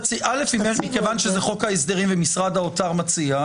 כיוון שזה חוק ההסדרים ומשרד האוצר מציע,